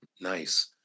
Nice